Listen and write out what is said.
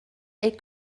est